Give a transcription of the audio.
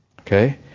Okay